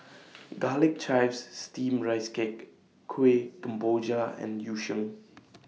Garlic Chives Steamed Rice Cake Kueh Kemboja and Yu Sheng